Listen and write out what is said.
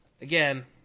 again